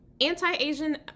Anti-Asian